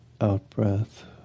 out-breath